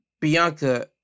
Bianca